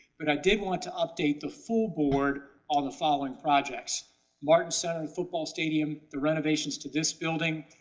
but i did want to update the full board on the following projects martinson football stadium, the renovations to this building,